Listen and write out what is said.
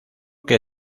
que